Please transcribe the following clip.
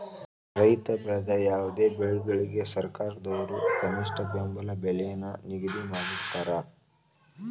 ರೈತ ಬೆಳೆದ ಯಾವುದೇ ಬೆಳೆಗಳಿಗೆ ಸರ್ಕಾರದವ್ರು ಕನಿಷ್ಠ ಬೆಂಬಲ ಬೆಲೆ ನ ನಿಗದಿ ಮಾಡಿರ್ತಾರ